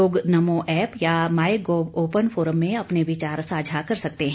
लोग नमो ऐप या my gov open forum में अपने विचार साझा कर सकते हैं